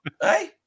Hey